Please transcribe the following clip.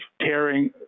tearing